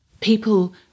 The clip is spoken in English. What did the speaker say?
people